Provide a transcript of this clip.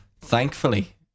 thankfully